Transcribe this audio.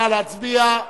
נא להצביע.